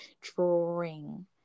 drawing